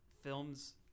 films